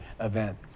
event